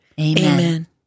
Amen